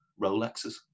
Rolexes